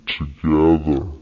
together